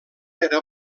era